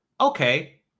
okay